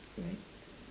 like